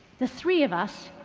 the three of us,